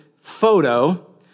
photo